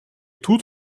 тут